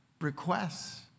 requests